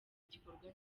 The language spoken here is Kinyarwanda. igikorwa